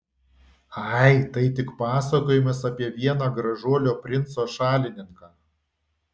ai tai tik pasakojimas apie vieną gražuolio princo šalininką